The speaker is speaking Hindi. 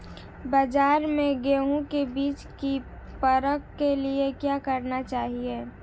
बाज़ार में गेहूँ के बीज की परख के लिए क्या करना चाहिए?